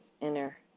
inner